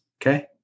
okay